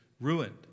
ruined